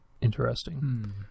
interesting